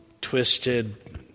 twisted